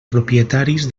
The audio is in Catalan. propietaris